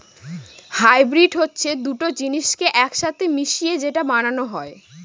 hybrid হচ্ছে দুটো জিনিসকে এক সাথে মিশিয়ে যেটা বানানো হয়